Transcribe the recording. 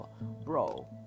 Bro